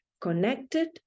connected